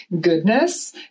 goodness